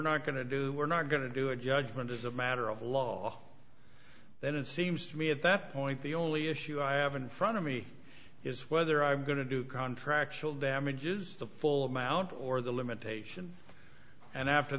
not going to do we're not going to do a judgment as a matter of law then it seems to me at that point the only issue i have and front of me is whether i'm going to do contracts will damages the full amount or the limitation and after